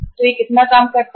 तो यह कितना काम करता है